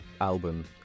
album